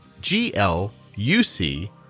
G-L-U-C